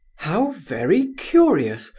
how very curious,